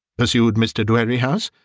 pursued mr. dwerrihouse,